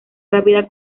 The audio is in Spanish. rápida